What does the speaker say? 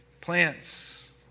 plants